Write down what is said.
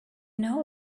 know